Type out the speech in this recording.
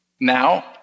Now